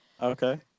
Okay